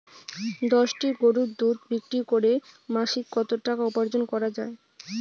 দশটি গরুর দুধ বিক্রি করে মাসিক কত টাকা উপার্জন করা য়ায়?